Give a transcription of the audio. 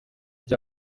ijwi